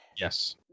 Yes